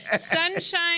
Sunshine